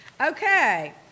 Okay